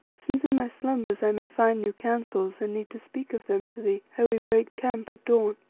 since in my slumbers i may find new counsels and need to speak of them to thee ere we break camp at dawn.